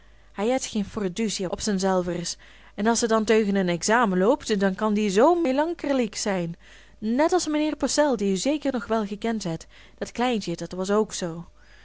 hij het geen forducie op zen zelvers en as het dan teugen een examen loopt dan kan die zoo melankerliek zijn net als meneer possel die u zeker nog wel gekend het dat kleintje dat was k zoo